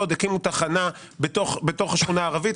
זה שהקימו תחנה בתוך השכונה הערבית.